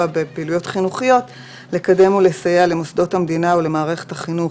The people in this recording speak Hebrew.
בפעילויות חינוכיות: "(3) לקדם ולסייע למוסדות המדינה ולמערכת החינוך,